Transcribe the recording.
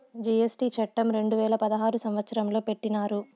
GST చట్టం రెండు వేల పదహారు సంవత్సరంలో పెట్టినారు